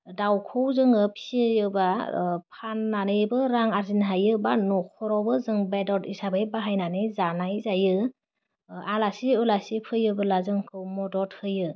दावखौ जोङो फियोबा ओह फाननानैबो रां आरजिनो हायो बा नखरावबो जों बेदर हिसाबै बाहायनानै जानाय जायो ओह आलासि उलासि फैयोबोला जोंखौ मदद होयो